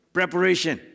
Preparation